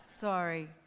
sorry